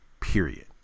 period